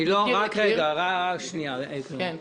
רק רגע, שנייה, קרן.